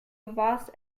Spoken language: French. vas